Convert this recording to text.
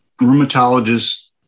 rheumatologist